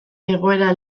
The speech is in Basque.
egoera